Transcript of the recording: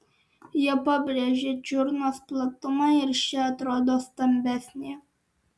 jie pabrėžia čiurnos platumą ir ši atrodo stambesnė